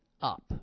up